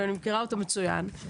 שאני מכירה אותה מצוין,